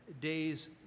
days